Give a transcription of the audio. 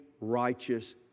righteous